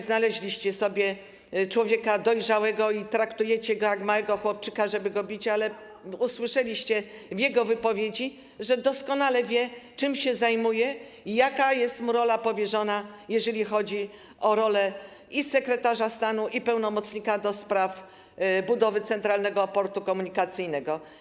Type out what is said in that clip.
Znaleźliście sobie człowieka dojrzałego i traktujcie go jak małego chłopczyka, żeby go bić, ale usłyszeliście w jego wypowiedzi, że doskonale wie, czym się zajmuje i jaka jest mu powierzona rola, jeżeli chodzi o rolę i sekretarza stanu, i pełnomocnika ds. budowy Centralnego Portu Komunikacyjnego.